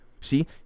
see